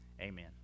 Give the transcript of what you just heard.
amen